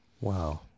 Wow